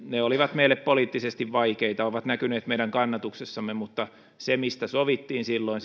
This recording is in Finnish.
ne olivat meille poliittisesti vaikeita ja ovat näkyneet meidän kannatuksessamme mutta siitä pidettiin kiinni mistä sovittiin silloin